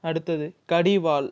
அடுத்தது கடிவாள்